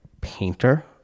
painter